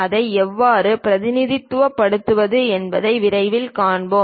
அதை எவ்வாறு பிரதிநிதித்துவப்படுத்துவது என்பதை விரைவில் பார்ப்போம்